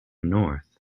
north